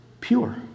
pure